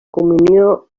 comunió